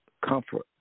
comfort